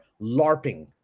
LARPing